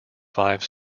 five